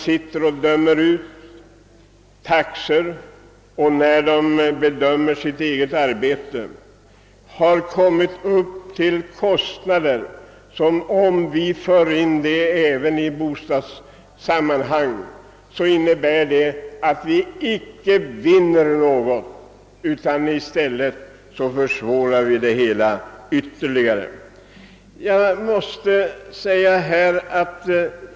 Våra jurister kommer vid bedömandet av sitt eget arbete fram till så stora belopp att vi om vi förde in juristerna i bostadssammanhang icke skulle vinna något, utan bara ytterligare försvåra för Oss.